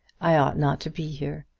i ought not to be here.